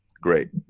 Great